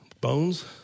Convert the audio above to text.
Bones